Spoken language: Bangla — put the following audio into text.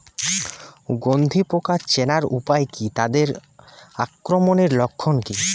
গন্ধি পোকা চেনার উপায় কী তাদের আক্রমণের লক্ষণ কী?